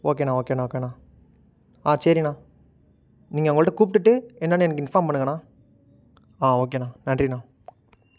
ஓகேண்ணா ஓகேண்ணா ஓகேண்ணா ஆ சரிண்ணா நீங்கள் அவங்ககிட்ட கூப்பிட்டுட்டு என்னன்னு எனக்கு இன்ஃபார்ம் பண்ணுங்கண்ணா ஆ ஓகேண்ணா நன்றிண்ணா